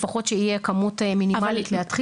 פחות שתהיה כמות מינימאלית להתחיל את המתווה.